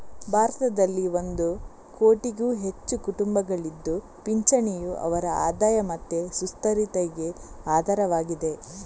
ಭಾರತದಲ್ಲಿ ಒಂದು ಕೋಟಿಗೂ ಹೆಚ್ಚು ಕುಟುಂಬಗಳಿದ್ದು ಪಿಂಚಣಿಯು ಅವರ ಆದಾಯ ಮತ್ತೆ ಸುಸ್ಥಿರತೆಗೆ ಆಧಾರವಾಗಿದೆ